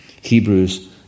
Hebrews